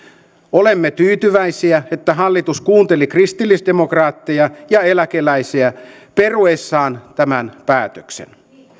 olemme tyytyväisiä että hallitus kuunteli kristillisdemokraatteja ja eläkeläisiä peruessaan tämän päätöksen